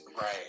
Right